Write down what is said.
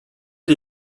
die